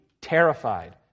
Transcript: terrified